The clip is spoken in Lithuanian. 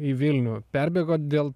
į vilnių perbėgot dėl